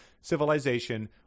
civilization